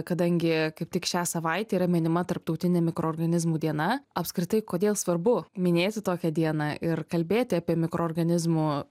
kadangi kaip tik šią savaitę yra minima tarptautinė mikroorganizmų diena apskritai kodėl svarbu minėti tokią dieną ir kalbėti apie mikroorganizmų